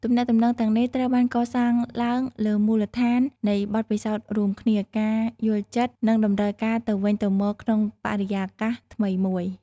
ទំនាក់ទំនងទាំងនេះត្រូវបានកសាងឡើងលើមូលដ្ឋាននៃបទពិសោធន៍រួមគ្នា ការយល់ចិត្ត និងតម្រូវការទៅវិញទៅមកក្នុងបរិយាកាសថ្មីមួយ ។